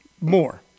more